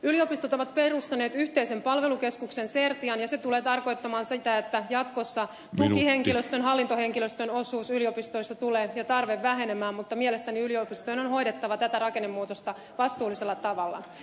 yliopistot ovat perustaneet yhteisen palvelukeskuksen certian ja se tulee tarkoittamaan sitä että jatkossa tukihenkilöstön hallintohenkilöstön osuus ja tarve yliopistoissa tulee vähenemään mutta mielestäni yliopistojen on hoidettava tätä rakennemuutosta vastuullisella tavalla